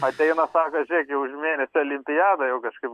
ateina sako žiūrėk jau už mėnesio olimpiada jau kažkaip